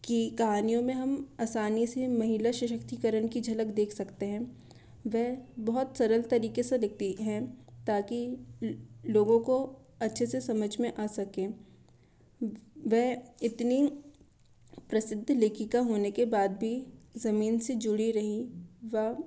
की कहानियों में हम आसानी से महिला सशक्तिकरण की झलक देख सकते हैं वह बहुत सरल तरीके से दिखती हैं ताकि लोगों को अच्छे से समझ में आ सकें वह इतनी प्रसिद्ध लेखिका होने के बाद भी जमीन से जुड़ी रहीं व